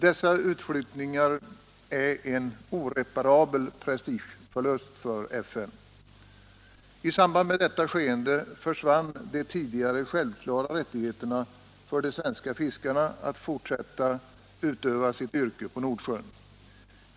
Dessa utflyttningar är en oreparabel prestigeförlust I samband med detta skeende försvann de tidigare självklara rättigheterna för de svenska fiskarena att fortsätta att utöva sitt yrke på Nordsjön.